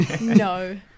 No